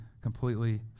completely